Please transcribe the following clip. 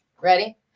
Ready